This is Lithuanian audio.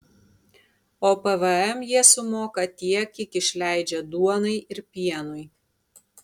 o pvm jie sumoka tiek kiek išleidžia duonai ir pienui